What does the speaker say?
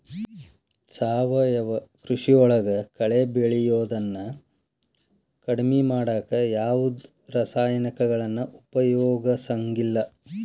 ಸಾವಯವ ಕೃಷಿಯೊಳಗ ಕಳೆ ಬೆಳಿಯೋದನ್ನ ಕಡಿಮಿ ಮಾಡಾಕ ಯಾವದ್ ರಾಸಾಯನಿಕಗಳನ್ನ ಉಪಯೋಗಸಂಗಿಲ್ಲ